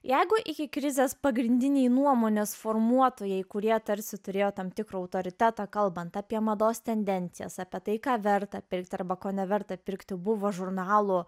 jeigu iki krizės pagrindiniai nuomonės formuotojai kurie tarsi turėjo tam tikrą autoritetą kalbant apie mados tendencijas apie tai ką verta pirkti arba ko neverta pirkti buvo žurnalo